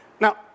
Now